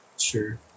sure